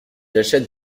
achète